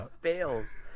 fails